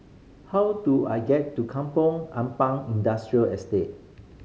how do I get to Kampong Ampat Industrial Estate